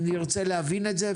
נרצה להבין את זה,